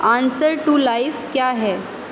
answer to life کیا ہے